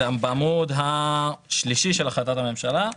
זה בעמוד השלישי של החלטת הממשלה,